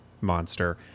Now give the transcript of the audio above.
monster